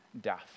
death